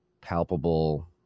palpable